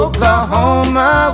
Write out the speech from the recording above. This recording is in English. Oklahoma